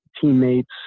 teammates